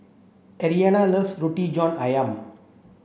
Ardelia loves Roti John Ayam